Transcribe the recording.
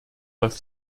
läuft